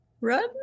Run